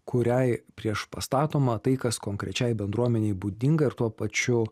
kuriai priešpastatoma tai kas konkrečiai bendruomenei būdinga ir tuo pačiu